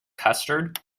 custard